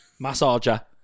massager